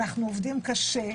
אנחנו עובדים קשה,